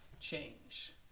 Change